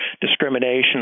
discrimination